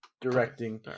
Directing